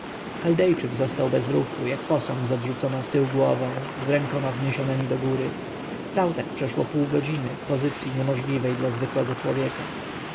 chaldejczyk został bez ruchu jak posąg z odrzuconą wtył głową z rękoma wzniesionemi dogóry stał tak przeszło pół godziny w pozycji niemożliwej dla zwykłego człowieka